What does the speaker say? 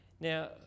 Now